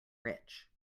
rich